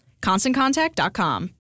ConstantContact.com